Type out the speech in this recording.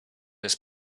jest